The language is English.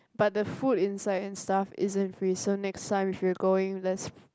but the food inside and stuff isn't free so next time we should have go in let's